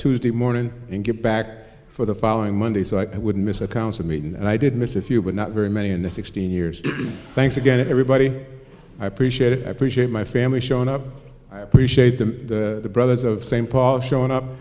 tuesday morning and get back for the following monday so i wouldn't miss a council meeting and i did miss a few but not very many in the sixteen years thanks again to everybody i appreciate it i appreciate my family showing up i appreciate the brothers of st paul showing up